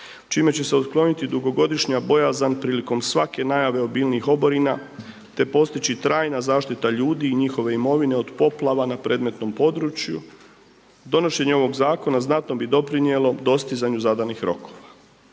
čime će se otkloniti dugogodišnja bojazan prilikom svake najave obilnijih oborina te postići trajna zaštita ljudi i njihove imovine od poplava na predmetnom području. Donošenje ovog zakona znatno bi doprinijelo dostizanju zadanih rokova.